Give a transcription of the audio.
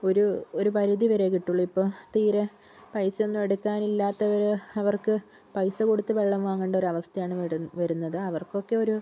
ഒരു ഒരു പരിധി വരെ കിട്ടുള്ളു ഇപ്പം തീരെ പൈസ ഒന്നും എടുക്കാനില്ലാത്ത ഒരു അവർക്ക് പൈസകൊടുത്ത് വെള്ളം വാങ്ങേണ്ട അവസ്ഥ ആണ് വരുന്നത് അവർക്കൊക്കെ ഒരു